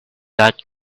that